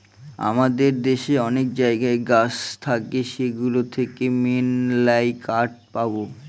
আমাদের দেশে অনেক জায়গায় গাছ থাকে সেগুলো থেকে মেললাই কাঠ পাবো